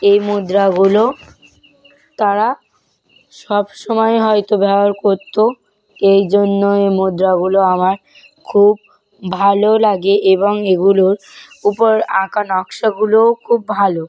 এই মুদ্রাগুলো তারা সব সময় হয়তো ব্যবহার করত এই জন্যই মুদ্রাগুলো আমার খুব ভালো লাগে এবং এগুলোর উপর আঁকা নকশাগুলোও খুব ভালো